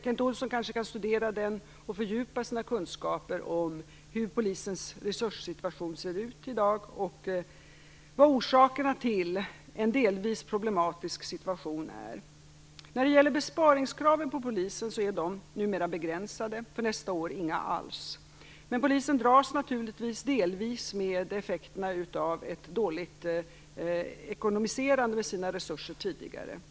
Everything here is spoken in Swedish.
Kent Olsson kan kanske studera den och fördjupa sina kunskaper om hur polisens resurssituation i dag ser ut och om vad orsakerna till en delvis problematisk situation är. Polisens besparingskrav är numera begränsade - för nästa år inga alls. Men polisen dras naturligtvis delvis med effekterna av ett dåligt ekonomiserande tidigare med resurser.